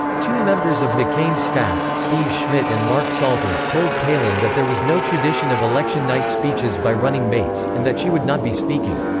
two members of mccain's staff, steve schmidt and mark salter, told palin that there was no tradition of election night speeches by running mates, and that she would not be speaking.